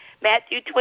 Matthew